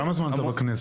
כמה זמן אתה בכנסת?